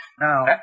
now